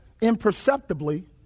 imperceptibly